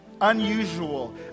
unusual